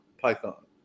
python